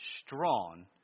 strong